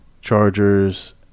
Chargers